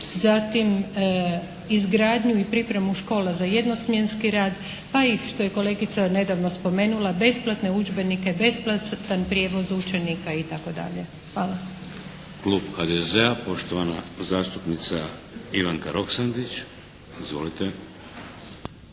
zatim izgradnju i pripremu škola za jednosmjenski rad, pa i što je kolegica nedavno spomenula, besplatne udžbenike, besplatan prijevoz učenika itd. Hvala. **Šeks, Vladimir (HDZ)** Klub HDZ-a poštovana zastupnica Ivanka Roksandić. Izvolite!